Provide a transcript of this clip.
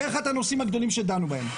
זה אחד הנושאים הגדולים שדנו בהם.